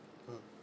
mm